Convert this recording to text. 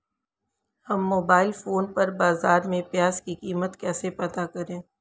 हम mobile phone पर बाज़ार में प्याज़ की कीमत कैसे पता करें?